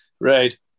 Right